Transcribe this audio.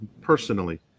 personally